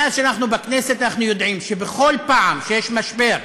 מאז שאנחנו בכנסת אנחנו יודעים שבכל פעם שיש משבר,